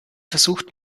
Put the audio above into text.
versucht